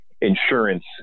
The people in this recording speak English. insurance